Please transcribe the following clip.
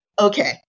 okay